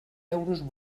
euros